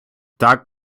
так